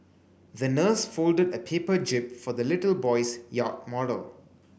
the nurse folded a paper jib for the little boy's yacht model